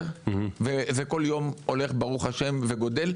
וכל יום הולך ברוך השם וגדל,